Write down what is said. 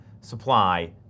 supply